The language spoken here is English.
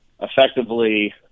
effectively